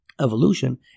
Evolution